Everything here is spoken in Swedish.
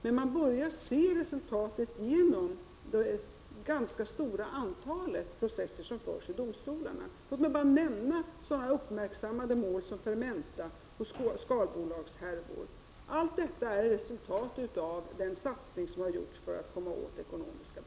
Men man börjar se resultat genom det ganska stora antalet processer som förs i domstolar. Låt mig bara nämna sådana uppmärksammade mål som Fermenta-affären och skalbolagshärvor. Detta är resultatet av den satsning som har gjorts för att komma åt ekonomisk brottslighet.